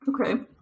okay